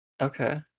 Okay